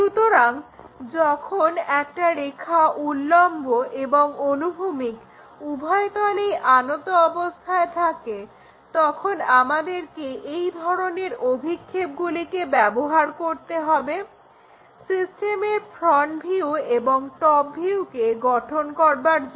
সুতরাং যখন একটা রেখা উল্লম্ব এবং অনুভূমিক উভয় তলেই আনত অবস্থায় থাকে তখন আমাদেরকে এই ধরনের অভিক্ষেপগুলিকে ব্যবহার করতে হবে সিস্টেমের ফ্রন্ট ভিউ এবং টপ ভিউকে গঠন করার জন্য